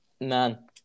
man